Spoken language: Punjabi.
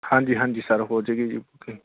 ਹਾਂਜੀ ਹਾਂਜੀ ਸਰ ਹੋਜੇਗੀ ਜੀ ਬੁਕਿੰਗ